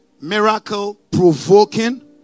miracle-provoking